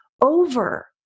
over